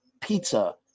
pizza